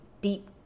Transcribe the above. deep